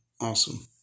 Awesome